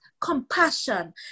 compassion